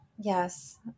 yes